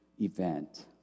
event